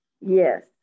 Yes